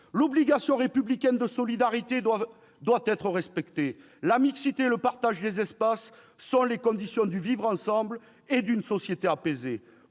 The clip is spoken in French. L'obligation républicaine de solidarité doit être respectée. La mixité et le partage des espaces sont les conditions du vivre ensemble et d'une société apaisée.